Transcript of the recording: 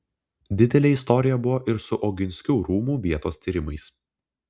didelė istorija buvo ir su oginskių rūmų vietos tyrimais